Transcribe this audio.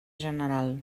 general